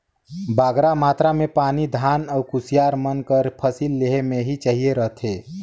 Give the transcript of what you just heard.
बगरा मातरा में पानी धान अउ कुसियार मन कर फसिल लेहे में ही चाहिए रहथे